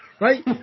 Right